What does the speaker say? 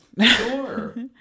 Sure